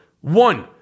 one